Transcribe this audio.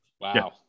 Wow